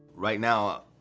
right now,